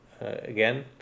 again